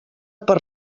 per